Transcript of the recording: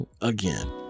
Again